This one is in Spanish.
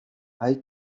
hay